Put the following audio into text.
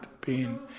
pain